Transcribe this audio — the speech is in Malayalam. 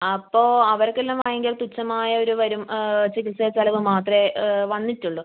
അപ്പോൾ അവർക്കെല്ലാം ഭയങ്കര തുച്ഛമായ ഒരു ചികിത്സാ ചിലവ് മാത്രമേ വന്നിട്ടുള്ളൂ